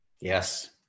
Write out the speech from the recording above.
Yes